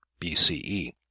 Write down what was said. BCE